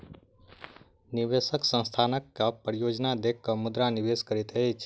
निवेशक संस्थानक के परियोजना देख के मुद्रा निवेश करैत अछि